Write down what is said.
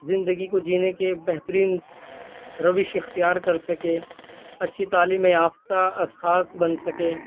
زندگی کو جینے کے بہترین روش اختیار کر سکیں اچھی تعلیم یافتہ اشخاص بن سکیں